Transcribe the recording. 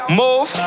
move